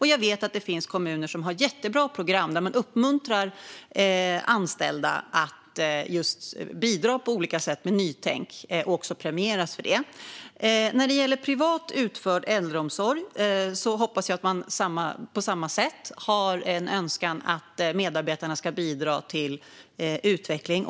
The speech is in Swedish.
Jag vet att det finns kommuner som har jättebra program där man uppmuntrar anställda att på olika sätt bidra med nytänk och premierar dem när det sker. När det gäller privat utförd äldreomsorg hoppas jag att man på samma sätt har en önskan om att medarbetarna ska bidra till utveckling.